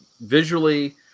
visually